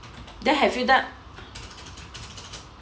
there have you done